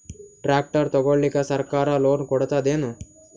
Tractor ತಗೊಳಿಕ ಸರ್ಕಾರ loan ಕೊಡತದೇನು?